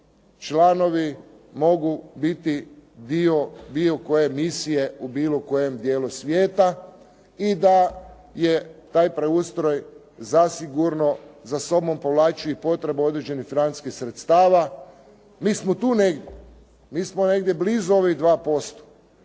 članovi mogu biti dio bilo koje misije u bilo kojem dijelu svijeta i da je taj preustroj zasigurno za sobom povlači i potrebu određenih financijskih sredstava. Mi smo tu negdje. Mi smo negdje blizu ovih 2%,